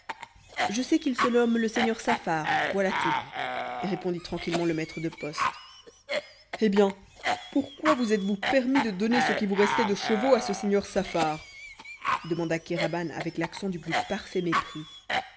je sais qu'il se nomme le seigneur saffar voilà tout répondit tranquillement le maître de poste eh bien pourquoi vous êtes-vous permis de donner ce qui vous restait de chevaux à ce seigneur saffar demanda kéraban avec l'accent du plus parfait mépris